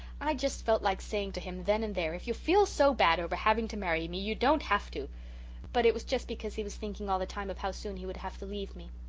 i just felt like saying to him then and there, if you feel so bad over having to marry me you don't have to but it was just because he was thinking all the time of how soon he would have to leave me.